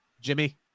Jimmy